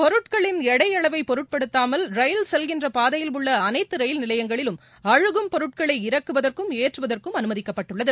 பொருள்களின் எடை அளவைப் பொருட்படுத்தாமல் ரயில் செல்கின்ற பாதையில் உள்ள அளைத்து ரயில் நிலையங்களிலும் அழுகும் பொருட்களை இறக்குவதற்கும் ஏற்றுவதற்கும் அனுமதிக்கப்பட்டுள்ளது